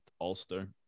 Ulster